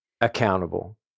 accountable